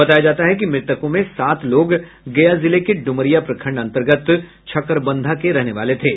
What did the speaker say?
बताया जाता है कि मृतकों में सात लोग गया जिले के डुमरिया प्रखंड अंतर्गत छकरबंधा के रहने वाले थे